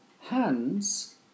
hands